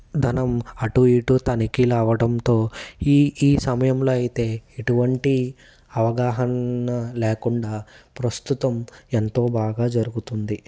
ధనం అటు ఇటు తనిఖీలు అవడంతో ఈ ఈ సమయంలో అయితే ఎటువంటి అవగాహన లేకుండా ప్రస్తుతం ఎంతో బాగా జరుగుతుంది